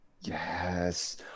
Yes